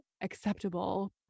acceptable